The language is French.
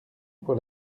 pour